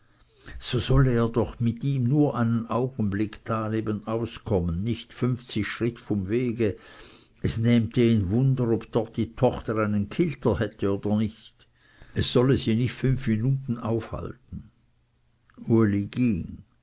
so solle er doch mit ihm nur einen augenblick da nebenauskommen nicht fünfzig schritte vom wege es nähmte ihn wunder ob dort die tochter einen kilter hätte oder nicht es solle sie nicht fünf minuten aufhalten